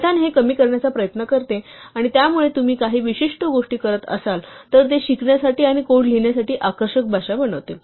Python हे कमी करण्याचा प्रयत्न करते आणि त्यामुळे तुम्ही काही विशिष्ट गोष्टी करत असाल तर ते शिकण्यासाठी आणि कोड लिहिण्यासाठी आकर्षक भाषा बनवते